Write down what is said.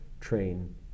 train